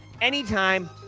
anytime